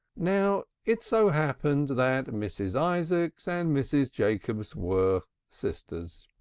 now it so happened that mrs. isaacs and mrs. jacobs were sisters.